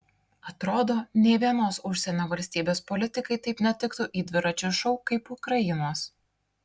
atrodo nė vienos užsienio valstybės politikai taip netiktų į dviračio šou kaip ukrainos